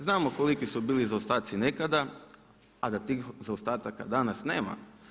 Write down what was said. Znamo koliki su bili zaostaci nekada, a da tih zaostataka danas nema.